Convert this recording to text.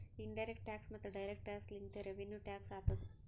in direct tax ಮತ್ತ direct tax ಲಿಂತೆ revenue tax ಆತ್ತುದ್